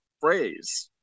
phrase